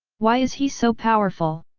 why is he so powerful?